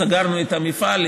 "סגרנו את המפעל",